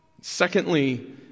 Secondly